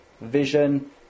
vision